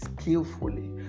skillfully